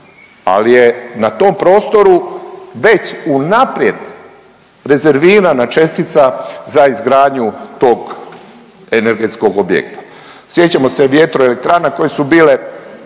ali je na tom prostoru već unaprijed rezervirana čestica za izgradnju tog energetskog objekta. Sjećamo se vjetroelektrana koje su bile